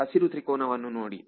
ಹಸಿರು ತ್ರಿಕೋನವನ್ನು ನೋಡಿ